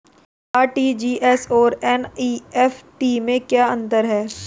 RTGS और NEFT में क्या अंतर है?